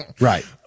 Right